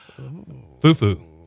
Fufu